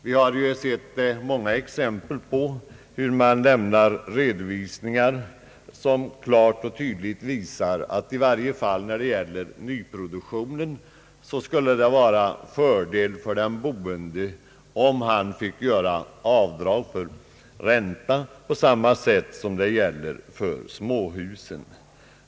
Vi har sett många exempel på redovisningar som klart och tydligt anger att det i varje fall vad gäller ny produktionen skulle vara till fördel för den boende om han fick göra avdrag för räntan på samma sätt som i fråga om småhusen.